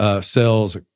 sells